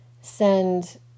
send